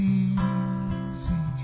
easy